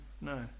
No